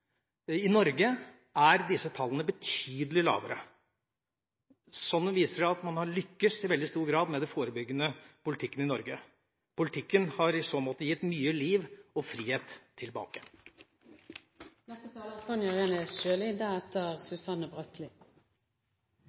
I Norge er disse tallene betydelig lavere. Det viser at man har lyktes i veldig stor grad med den forebyggende politikken i Norge. Politikken har i så måte gitt mye liv og frihet tilbake.